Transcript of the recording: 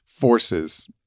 forces